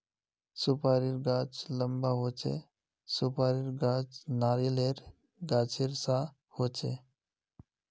सुपारीर गाछ लंबा होचे, सुपारीर गाछ नारियालेर गाछेर सा होचे